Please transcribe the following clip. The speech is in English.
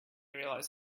realize